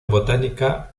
botánica